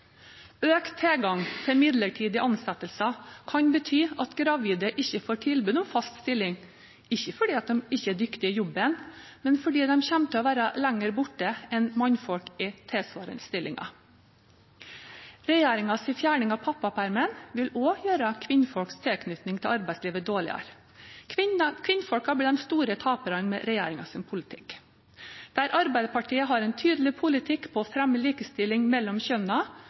Økt tilgang til midlertidige ansettelser kan bety at gravide ikke får tilbud om fast stilling – ikke fordi de ikke er dyktige i jobben, men fordi de kommer til å være lenger borte enn menn i tilsvarende stillinger. Regjeringens fjerning av pappapermen vil også gjøre kvinners tilknytning til arbeidslivet dårligere. Kvinnene blir de store taperne med regjeringens politikk. Der Arbeiderpartiet har en tydelig politikk på å fremme likestilling mellom kjønnene,